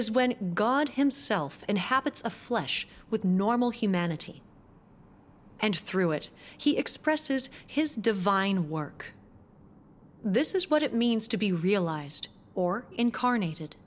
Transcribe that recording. is when god himself inhabits of flesh with normal humanity and through it he expresses his divine work this is what it means to be realized or incarnate